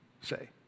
say